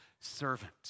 servant